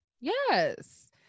yes